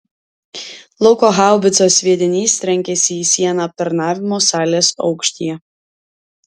lauko haubicos sviedinys trenkėsi į sieną aptarnavimo salės aukštyje